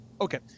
Okay